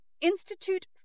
institute